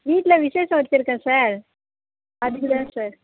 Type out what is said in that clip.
வீட்டில விசேஷம் வச்சிருக்கேன் சார் அதுக்கு தான் சார்